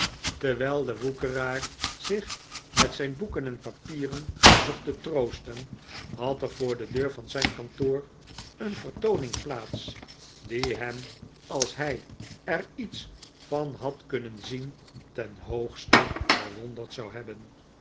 terwijl de woekeraar zich met zijn boeken en papieren zocht te troosten had er voor de deur van zijn kantoor een vertooning plaats die hem als hij er iets van had kunnen zien ten hoogste verwonderd zou hebben